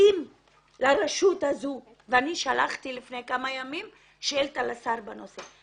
אני שלחתי לפני כמה ימים שאילתה לשר בנושא.